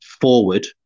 forward